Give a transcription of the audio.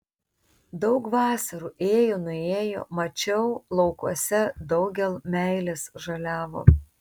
daug vasarų ėjo nuėjo mačiau laukuose daugel meilės žaliavo